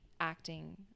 acting